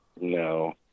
No